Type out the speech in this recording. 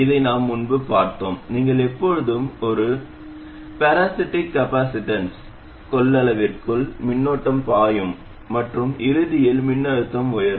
இதை நாம் முன்பு பார்த்தோம் நீங்கள் எப்போதும் ஒரு பாராசிட்டிக் கப்பாசிட்டன்ஸ் கொள்ளளவிற்குள் மின்னோட்டம் பாயும் மற்றும் இறுதியில் மின்னழுத்தம் உயரும்